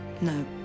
No